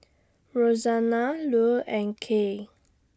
Rosanna Lou and Kay